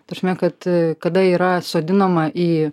ta prasme kad kada yra sodinama į